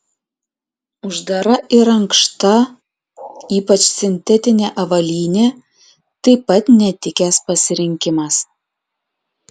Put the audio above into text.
uždara ir ankšta ypač sintetinė avalynė taip pat netikęs pasirinkimas